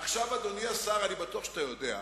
אדוני השר, אני בטוח שאתה יודע,